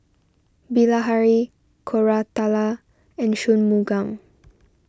Bilahari Koratala and Shunmugam